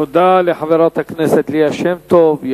תודה לחברת הכנסת ליה שמטוב.